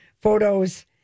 photos